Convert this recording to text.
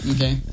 Okay